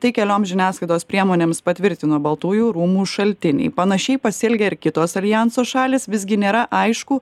tai kelioms žiniasklaidos priemonėms patvirtino baltųjų rūmų šaltiniai panašiai pasielgė ir kitos aljanso šalys visgi nėra aišku